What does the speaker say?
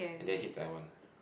and then hit Taiwan